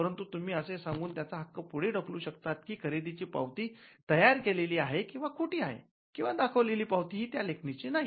परंतु तुम्ही असे सांगून त्याचा हक्क पुढे ढकलू शकतात की खरेदीची पावती तयार केलेली आहे किंवा खोटी आहे किंवा दाखवलेली पावती ही त्या लेखणीची नाही